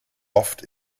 oft